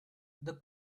the